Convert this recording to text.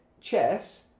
chess